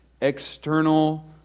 external